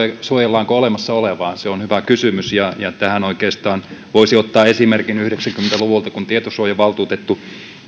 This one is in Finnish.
suojellaanko olemassa olevaa se on hyvä kysymys tähän oikeastaan voisi ottaa esimerkin yhdeksänkymmentä luvulta kun tietosuojavaltuutettu